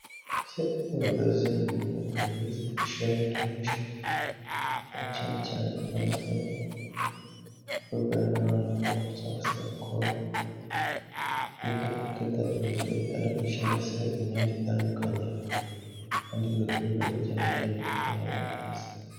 Ubudozi ni umwuga mwiza usha abandi benshi cyane cyane, ukunzezwe gukorwa n'abana babakobwa cyangwa basaba abakobwa biga kudoda imideli itandukanye cyangwa se imyenda itandukanye, kandi bigakorwa hirya no hino ku umwowuka kusa.